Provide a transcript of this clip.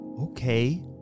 Okay